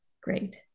Great